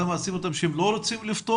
אתה מאשים אותם שהם לא רוצים לפתור